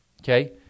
okay